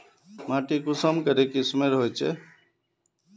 माटी कुंसम करे किस्मेर होचए?